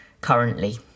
currently